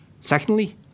Secondly